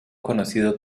conocido